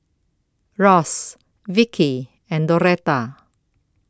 Ross Vicky and Doretha